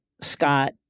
Scott